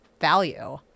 value